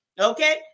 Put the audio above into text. Okay